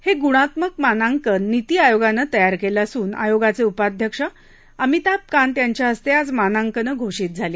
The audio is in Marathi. हे गुणात्मक मानांकन नीती आयोगानं तयार केलं असून आयोगाचे उपाध्यक्ष अमिताभ कांत यांच्या हस्ते आज मानांकनं घोषित झाली